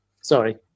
Sorry